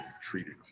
treated